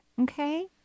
Okay